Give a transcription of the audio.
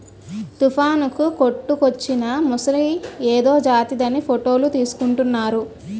తుఫానుకు కొట్టుకువచ్చిన మొసలి ఏదో జాతిదని ఫోటోలు తీసుకుంటున్నారు